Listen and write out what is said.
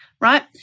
right